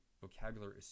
vocabulary